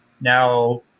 Now